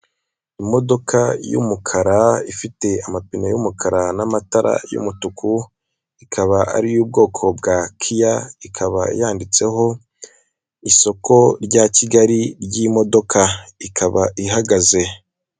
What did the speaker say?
Imodoka y'umukara ifite amapine y'umukara n'amatara y'umutuku, ikaba ar'iy'ubwoko bwa kiya ikaba yanditseho isoko rya kigali ry'imodoka ikaba ihagaze.